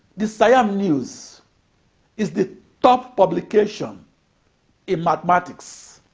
the siam news is the top publications in mathematics.